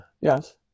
yes